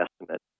Estimate